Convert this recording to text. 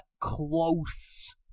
close